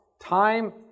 Time